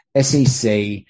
SEC